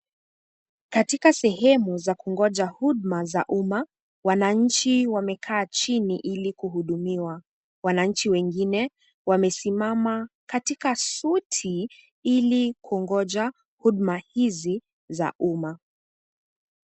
Katika sehemu za kungoja huduma za umma, wananchi wamekaa chini ili kuhudumiwa, wananchi wengine wamesimama katika suti ili kungoja huduma hizi za umma.